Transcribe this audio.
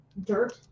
dirt